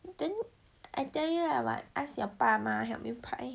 then I tell you lah ask your 爸妈 help you 拍